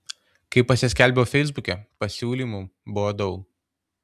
kai pasiskelbiau feisbuke pasiūlymų buvo daug